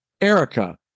Erica